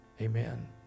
Amen